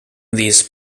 these